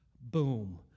boom